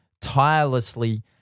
tirelessly